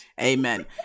amen